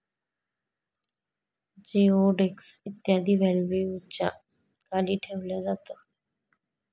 जिओडेक्स इत्यादी बेल्व्हियाच्या खाली ठेवल्या जातात